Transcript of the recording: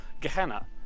Gehenna